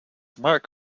mark